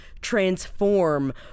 Transform